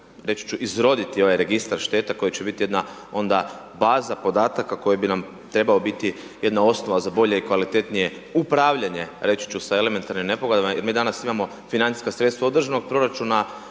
zapravo izroditi registar štete koja će biti jedna onda baza podataka koja bi nam trebala biti jedna osnova za bolje i kvalitetnije upravljanje, reći ću sa elementarnim nepogodama, jer mi danas imamo financijska sredstva od državnog proračuna,